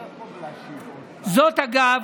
זאת, אגב,